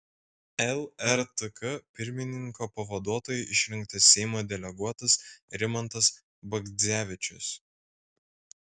lrtk pirmininko pavaduotoju išrinktas seimo deleguotas rimantas bagdzevičius